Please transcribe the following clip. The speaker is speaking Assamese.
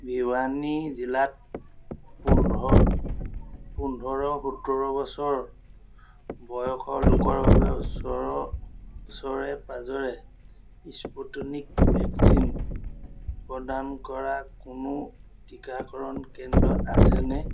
ভিৱানী জিলাত পোন্ধ পোন্ধৰ সোতৰ বছৰ বয়সৰ লোকৰ বাবে ওচৰ ওচৰে পাঁজৰে স্পুটনিক ভেকচিন প্ৰদান কৰা কোনো টিকাকৰণ কেন্দ্ৰ আছেনে